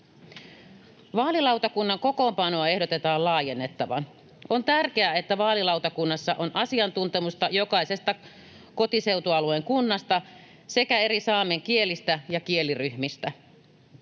Vaalilautakunnan kokoonpanoa ehdotetaan laajennettavan. On tärkeää, että vaalilautakunnassa on asiantuntemusta jokaisesta kotiseutualueen kunnasta sekä saamen eri kielistä ja kieliryhmistä.